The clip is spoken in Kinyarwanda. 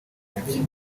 umugi